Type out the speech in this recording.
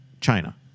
China